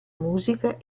musica